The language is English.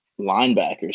linebackers